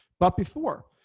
but before.